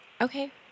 Okay